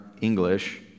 english